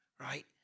right